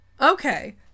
Okay